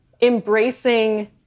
embracing